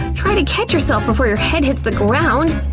try to catch yourself before your head hits the ground!